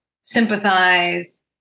sympathize